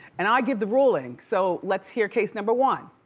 and i give the ruling. so let's hear case number one.